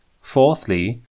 Fourthly